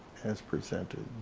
as presented.